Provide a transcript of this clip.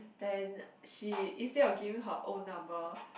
then she instead of giving her own number